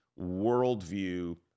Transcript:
worldview